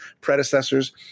predecessors